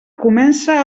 comença